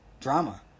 drama